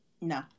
No